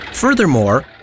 Furthermore